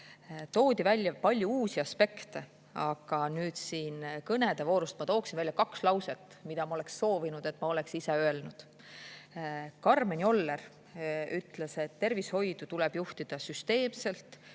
toodi välja palju uusi aspekte, aga kõnede voorust ma tooksin välja kaks lauset, mida ma oleksin soovinud, et ma oleksin ise öelnud. Karmen Joller ütles, et tervishoidu tuleb juhtida süsteemselt,